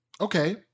Okay